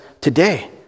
today